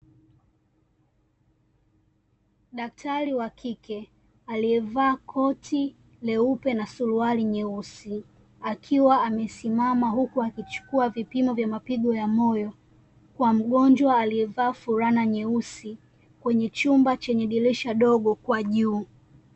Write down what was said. Daktari wa kike, aliyevaa koti leupe na suruali nyeusi, akiwa amesimama huku akichukua vipimo vya mapigo ya moyo, kwa mgonjwa aliyevaa fulana nyeusi, kwenye chumba chenye dirisha dogo kwa juu.